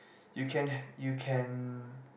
you can you can